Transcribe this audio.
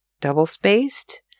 double-spaced